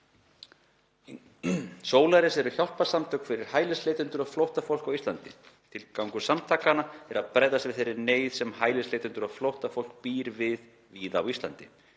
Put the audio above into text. „Solaris eru hjálparsamtök fyrir hælisleitendur og flóttafólk á Íslandi. Tilgangur samtakanna er að bregðast við þeirri neyð sem hælisleitendur og flóttafólk býr við víða á Íslandi,